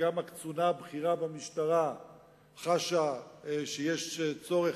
שגם הקצונה הבכירה במשטרה חשה שיש צורך